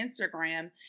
Instagram